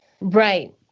Right